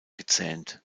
gezähnt